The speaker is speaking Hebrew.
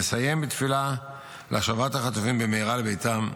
נסיים בתפילה להשבת החטופים לביתם במהרה,